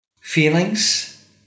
feelings